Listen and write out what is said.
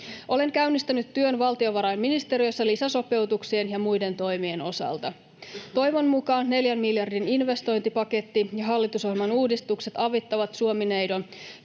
Olen käynnistänyt työn valtiovarainministeriössä lisäsopeutuksien ja muiden toimien osalta. Toivon mukaan neljän miljardin investointipaketti ja hallitusohjelman uudistukset avittavat Suomi-neidon